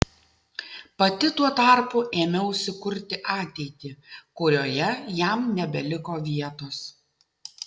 pati tuo tarpu ėmiausi kurti ateitį kurioje jam nebeliko vietos